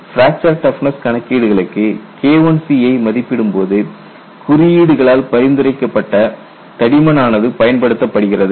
fracture toughness கணக்கீடுகளுக்கு KIC யை மதிப்பிடும் போது குறியீடுகளால் பரிந்துரைக்கப்பட்ட தடிமன் ஆனது பயன்படுத்தப்படுகிறது